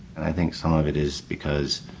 and i think some of it is because